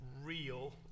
real